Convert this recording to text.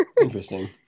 Interesting